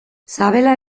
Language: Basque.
sabela